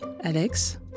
Alex